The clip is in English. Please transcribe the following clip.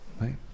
right